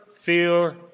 fear